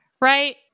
right